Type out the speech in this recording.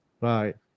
Right